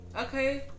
Okay